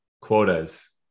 quotas